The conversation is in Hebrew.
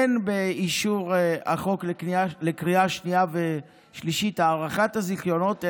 אין באישור החוק לקריאה השנייה והשלישית הארכה של הזיכיונות,